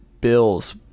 bills